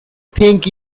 think